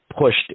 pushed